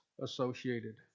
associated